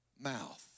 mouth